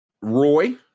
Roy